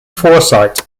foresight